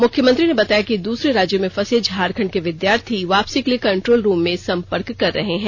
मुख्यमंत्री ने बताया कि दूसरे राज्यों में फंसे झारखंड के विद्यार्थी वापसी के लिए कंट्रोल रूम में संपर्क कर रहे हैं